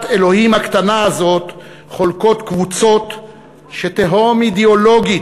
אלוהים הקטנה הזאת חולקות קבוצות שתהום אידיאולוגית,